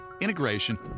integration